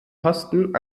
posten